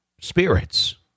spirits